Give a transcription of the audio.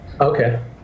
Okay